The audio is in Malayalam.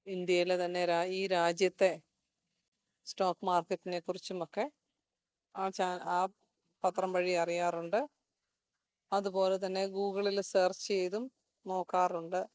ഇന്ത്യയിലെ തന്നെ ഈ രാജ്യത്തെ സ്റ്റോക്ക് മാർക്കറ്റിനെക്കുറിച്ചും ഒക്കെ ആ ആ പത്രം വഴി അറിയാറുണ്ട് അതുപോലെതന്നെ ഗൂഗിളിൽ സേർച്ച് ചെയ്തും നോക്കാറുണ്ട്